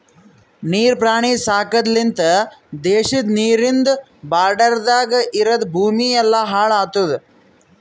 ನೀರ್ ಪ್ರಾಣಿ ಸಾಕದ್ ಲಿಂತ್ ದೇಶದ ನೀರಿಂದ್ ಬಾರ್ಡರದಾಗ್ ಇರದ್ ಭೂಮಿ ಎಲ್ಲಾ ಹಾಳ್ ಆತುದ್